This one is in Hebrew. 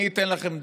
אני אתן לכם דוגמה.